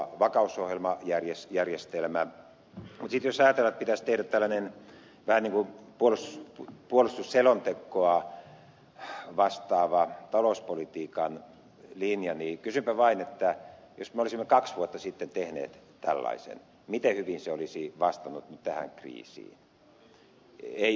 mutta sitten jos ajatellaan että pitäisi tehdä tällainen vähän niin kuin puolustusselontekoa vastaava talouspolitiikan linja niin kysynpä vain että jos me olisimme kaksi vuotta sitten tehneet tällaisen miten hyvin se olisi vastannut nyt tähän kriisiin